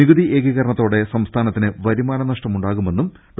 നികുതി ഏകീകരണത്തോടെ സംസ്ഥാനത്തിന് വരുമാനനഷ്ടമുണ്ടാകുമെന്നും ഡോ